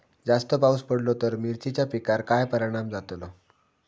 जास्त पाऊस पडलो तर मिरचीच्या पिकार काय परणाम जतालो?